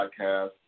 podcast